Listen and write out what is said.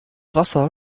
wasser